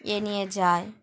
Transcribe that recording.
এ নিয়ে যায়